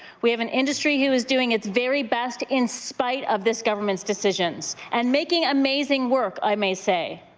we have an industry who is doing its very best in spite of this government's decisions and making amazing work i may say.